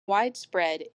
widespread